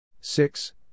six